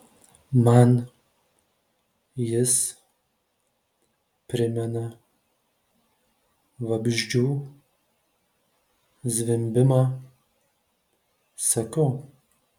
man jis primena vabzdžių zvimbimą sakau